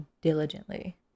diligently